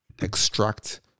extract